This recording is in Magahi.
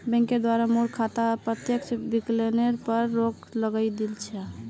बैंकेर द्वारे मोर खाता स प्रत्यक्ष विकलनेर पर रोक लगइ दिल छ